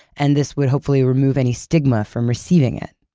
and this would, hopefully, remove any stigma from receiving it.